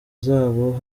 zabo